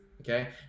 okay